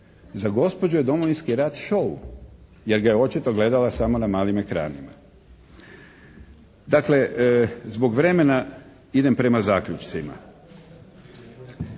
Za gospođu je Domovinski rat show, jer ga je očito gledala samo na malim ekranima. Dakle, zbog vremena idem prema zaključcima.